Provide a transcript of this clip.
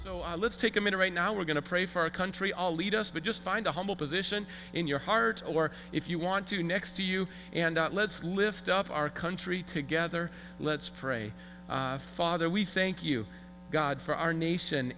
so let's take a minute right now we're going to pray for our country all lead us but just find a humble position in your heart or if you want to next to you and let's lift up our country together let's pray father we thank you god for our nation